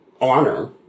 honor